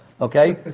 Okay